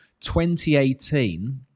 2018